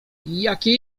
jakie